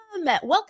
Welcome